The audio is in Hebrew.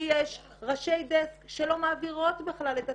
שיש ראשי דסק שלא מעבירות בכלל את התיקים,